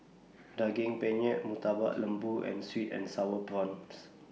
Daging Penyet Murtabak Lembu and Sweet and Sour Prawns